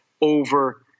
over